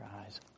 eyes